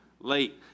late